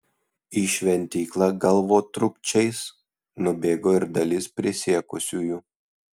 į šventyklą galvotrūkčiais nubėgo ir dalis prisiekusiųjų